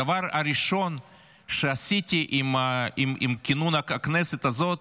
הדבר הראשון שעשיתי עם כינון הכנסת הזה,